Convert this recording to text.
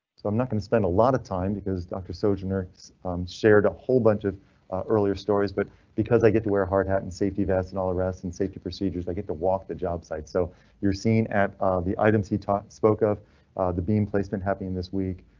so i'm not going to spend a lot of time because doctor so generics shared a whole bunch of earlier stories, but because i get to wear hard hat and safety vest and all the rest and safety procedures, i get to walk the job site. so you're seeing at the items he spoke of the beam placement happening this week,